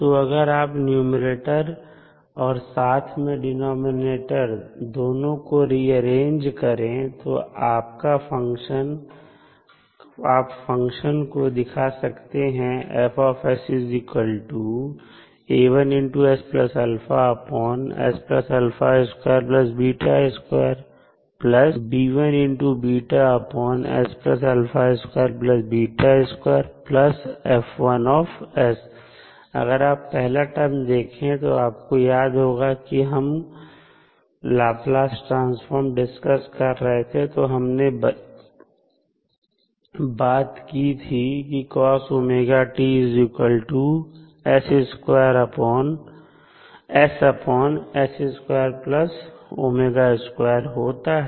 तो अगर आप न्यूमैरेटर और साथ में डिनॉमिनेटर दोनों को रीअरेंज करें तो आप फंक्शन को दिखा सकते हैं अब अगर आप पहला टर्म देखें तो आपको याद होगा कि जब हम लाप्लास ट्रांसफॉर्म डिस्कस कर रहे थे तो हमने बात की थी कि होता है